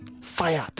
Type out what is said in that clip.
fired